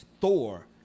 Thor